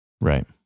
Right